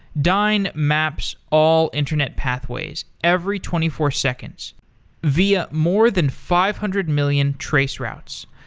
dyn maps all internet pathways every twenty four seconds via more than five hundred million traceroutes.